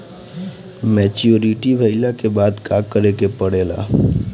Maturity भईला के बाद का करे के पड़ेला?